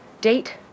Date